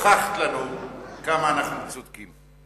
הוכחת לנו כמה אנחנו צודקים.